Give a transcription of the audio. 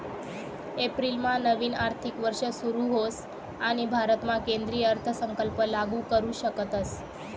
एप्रिलमा नवीन आर्थिक वर्ष सुरू होस आणि भारतामा केंद्रीय अर्थसंकल्प लागू करू शकतस